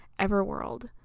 Everworld